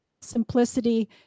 simplicity